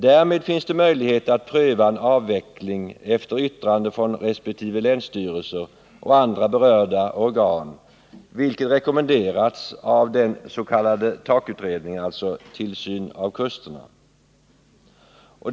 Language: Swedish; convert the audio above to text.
Därmed finns det möjlighet att pröva en avveckling efter yttrande från resp. länsstyrelser och andra berörda organ, vilket rekommenderas av utredningen om tillsyn av kusterna, den s.k. TAK utredningen.